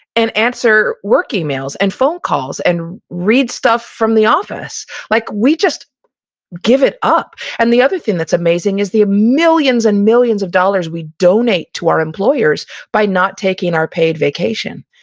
and answer work emails and phone calls, and read stuff from the office, like we just give it up and the other thing that's amazing is, the millions and millions of dollars we donate to our employers by not taking our paid vacation.